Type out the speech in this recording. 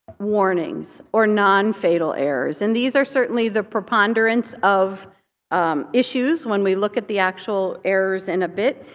warnings, or non-fatal errors. and these are certainly the preponderance of issues when we look at the actual errors in a bit,